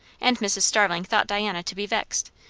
and mrs. starling thought diana to be vexed,